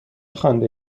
خوانده